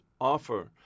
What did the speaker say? offer